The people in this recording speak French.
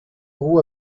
roux